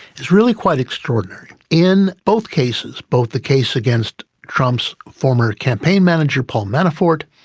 is really quite extraordinary. in both cases, both the case against trump's former campaign manager paul manafort,